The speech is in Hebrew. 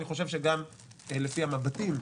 אני חושב לפי המבטים,